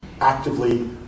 actively